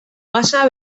gasa